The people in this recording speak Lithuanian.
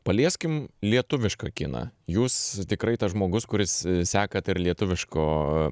palieskim lietuvišką kiną jūs tikrai tas žmogus kuris seka lietuviško